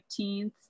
15th